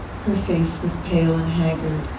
her face was pale and haggard,